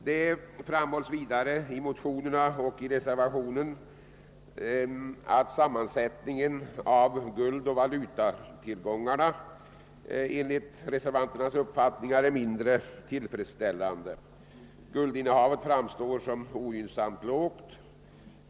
Det framhålls vidare i motionerna och i reservationen att sammansättningen av guldoch valutatillgångarna är mindre tillfredsställande. Reservanterna skriver: »Guldinnehavet framstår som ogynnsamt lågt.